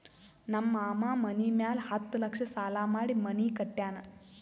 ನಮ್ ಮಾಮಾ ಮನಿ ಮ್ಯಾಲ ಹತ್ತ್ ಲಕ್ಷ ಸಾಲಾ ಮಾಡಿ ಮನಿ ಕಟ್ಯಾನ್